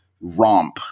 romp